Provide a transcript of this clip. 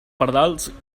pardals